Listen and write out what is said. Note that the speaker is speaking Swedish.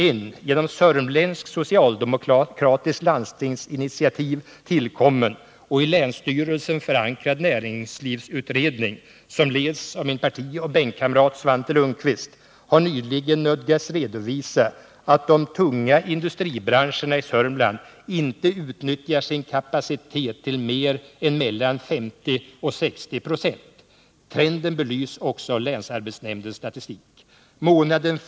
| En genom ett sörmländskt socialdemokratiskt landstingsinitiativ tillkommen och i länsstyrelsen förankrad näringslivsutredning, som leds av min partioch bänkkamrat Svante Lundkvist, har nyligen nödgats redovisa att de tunga industribranscherna i Sörmland inte utnyttjar sin kapacitet till mer än | mellan 50 och 60 96. Trenden belyses också av länsarbetsnämndens statistik.